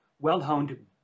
well-honed